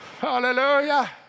Hallelujah